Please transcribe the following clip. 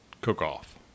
cook-off